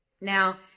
Now